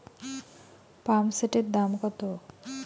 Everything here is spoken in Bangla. পাম্পসেটের দাম কত?